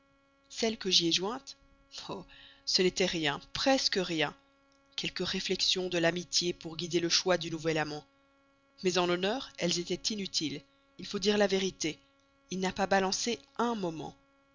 celle que j'y ai jointe oh ce n'était rien presque rien quelques réflexions de l'amitié pour guider le choix du nouvel amant mais en vérité elles étaient inutiles il faut dire la vérité il n'a pas balancé un moment